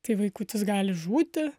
tai vaikutis gali žūti